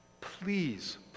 Please